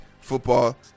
football